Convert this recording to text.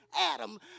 Adam